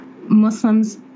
Muslims